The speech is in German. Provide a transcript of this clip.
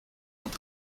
und